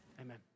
Amen